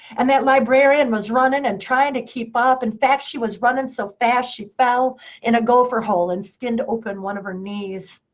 and that librarian was running and trying to keep up. in fact, she was running so fast she fell in a gopher hole, and skinned open one of her knees.